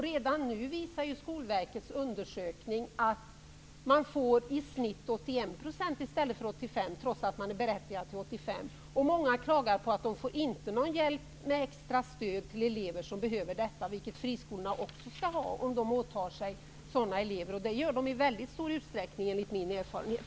Redan nu visar Skolverkets undersökning att friskolorna i snitt får 81 % i stället för 85 %, som de är berättigade till. Många klagar på att de inte får någon hjälp med extra stöd till elever som behöver det. Det skall också friskolorna få om de åtar sig sådana elever. Det gör de i stor utsträckning, enligt min erfarenhet.